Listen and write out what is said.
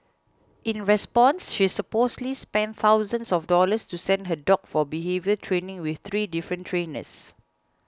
in response she supposedly spent thousands of dollars to send her dog for behaviour training with three different trainers